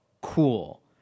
cool